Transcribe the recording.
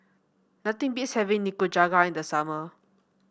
nothing beats having Nikujaga in the summer